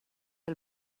què